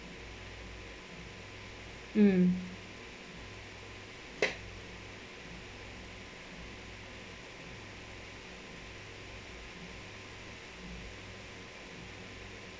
mm